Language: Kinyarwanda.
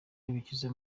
bikize